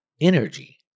energy